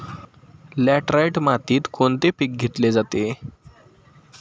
Laterite मातीत कोणते पीक घेतले जाते?